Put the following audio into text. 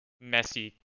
messy